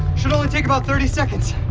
should only take about thirty seconds.